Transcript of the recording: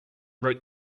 wrote